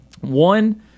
one